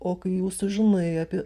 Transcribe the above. o kai jau sužinai apie